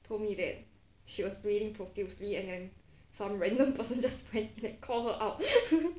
told me that she was bleeding profusely and then some random person just like call her out